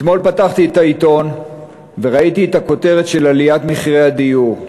אתמול פתחתי את העיתון וראיתי את הכותרת של עליית מחירי הדיור.